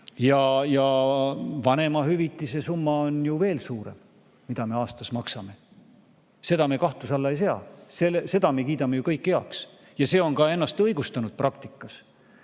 Ja vanemahüvitise summa on ju veel suurem, mida me aastas maksame. Seda me kahtluse alla ei sea, selle me kiidame ju kõik heaks ja see on ka ennast õigustanud praktikas.